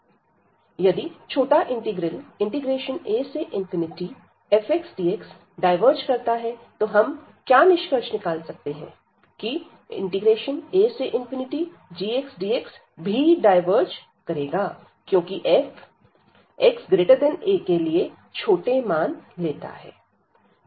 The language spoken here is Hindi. यदि छोटा इंटीग्रल afxdx डायवर्ज करता है तो हम क्या निष्कर्ष निकाल सकते हैं कि agxdxडायवर्ज करेगा क्योंकि f xaके लिए छोटे मान लेता है